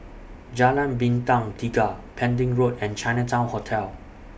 Jalan Bintang Tiga Pending Road and Chinatown Hotel